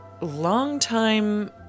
longtime